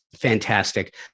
fantastic